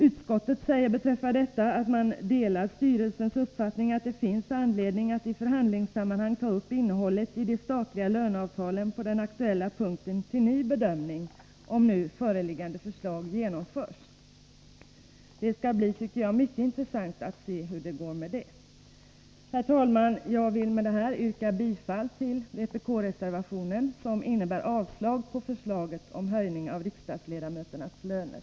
Utskottet säger beträffande detta att man delar styrelsens uppfattning att det finns anledning att i förhandlingssammanhang ta upp innehållet i de statliga löneavtalen på den aktuella punkten till ny bedömning om nu föreliggande förslag genomförs. Jag tycker att det skall bli mycket intressant att se hur det går med det. Herr talman! Jag vill med detta yrka bifall till vpk-reservationen, som innebär avslag på förslaget om höjning av riksdagsledamöternas löner.